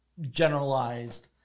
generalized